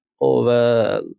over